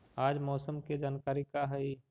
आज मौसम के जानकारी का हई?